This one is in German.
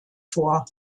vor